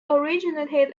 originated